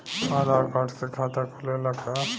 आधार card से खाता खुले ला का?